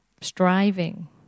striving